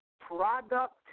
product